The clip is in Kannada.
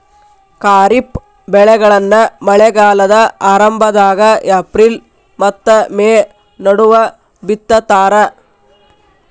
ಖಾರಿಫ್ ಬೆಳೆಗಳನ್ನ ಮಳೆಗಾಲದ ಆರಂಭದಾಗ ಏಪ್ರಿಲ್ ಮತ್ತ ಮೇ ನಡುವ ಬಿತ್ತತಾರ